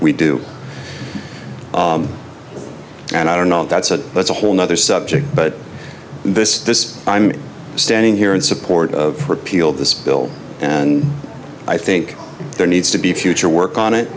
we do and i don't know if that's a that's a whole nother subject but this this i'm standing here in support of repeal this bill and i think there needs to be future work on it